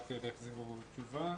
רק אלה החזירו תשובה.